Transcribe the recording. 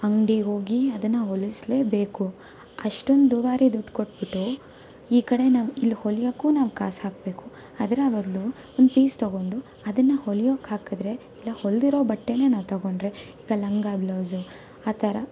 ಅಂಗ್ಡಿಗೆ ಹೋಗಿ ಅದನ್ನು ಹೊಲಿಸ್ಲೇ ಬೇಕು ಅಷ್ಟೊಂದು ದುಬಾರಿ ದುಡ್ಡು ಕೊಟ್ಬಿಟ್ಟು ಈ ಕಡೆ ನಾವು ಇಲ್ಲಿ ಹೊಲಿಯೋಕ್ಕೂ ನಾವು ಕಾಸು ಹಾಕಬೇಕು ಅದರ ಬದಲು ಒಂದು ಪೀಸ್ ತಗೊಂಡು ಅದನ್ನು ಹೊಲಿಯೋಕ್ಕೆ ಹಾಕಿದರೆ ಇಲ್ಲ ಹೊಲಿದರೋ ಬಟ್ಟೆಯನ್ನೇ ನಾವು ತೊಗೊಂಡ್ರೆ ಈಗ ಲಂಗ ಬ್ಲೌಸು ಆ ಥರ